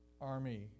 army